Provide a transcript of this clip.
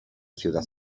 ciudad